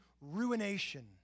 ruination